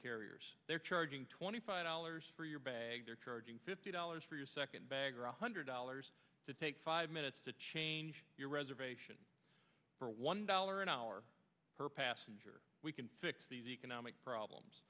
carriers they're charging twenty five dollars for your bag they're charging fifty dollars for your second bag or one hundred dollars to take five minutes to change your reservation for one dollar an hour per passenger we can fix these economic problems